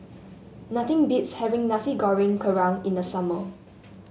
nothing beats having Nasi Goreng Kerang in the summer